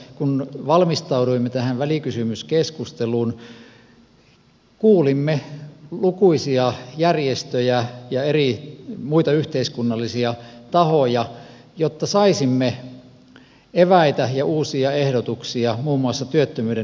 kun val mistauduimme tähän välikysymyskeskusteluun kuulimme lukuisia järjestöjä ja muita yhteiskunnallisia tahoja jotta saisimme eväitä ja uusia ehdotuksia muun muassa työttömyyden nujertamiseksi